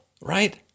Right